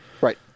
Right